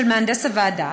של מהנדס הוועדה,